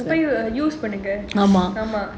use பண்ணுங்க ஆமா:pannunga aamaa